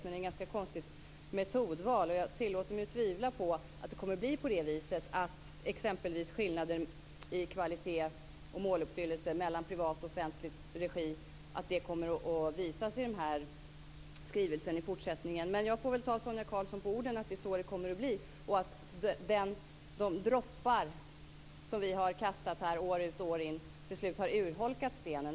Men det är ett ganska konstigt metodval. Jag tillåter mig tvivla på att det blir på det viset att exempelvis skillnader i kvalitet och måluppfyllelse mellan privat och offentlig regi kommer att visas i skrivelsen i fortsättningen. Men jag får väl ta Sonia Karlsson på orden och tro att det är så det kommer att bli, att de droppar som vi har kastat år ut och år in till slut har urholkat stenen.